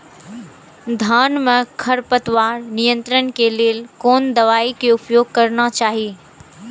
धान में खरपतवार नियंत्रण के लेल कोनो दवाई के उपयोग करना चाही?